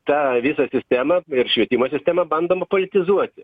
tą visą sistemą ir švietimo sistemą bandoma politizuoti